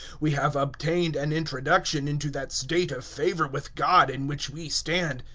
we have obtained an introduction into that state of favour with god in which we stand,